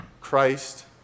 Christ